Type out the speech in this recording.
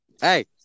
Hey